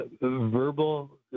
verbal